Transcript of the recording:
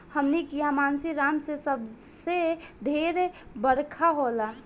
हमनी किहा मानसींराम मे सबसे ढेर बरखा होला